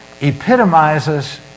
epitomizes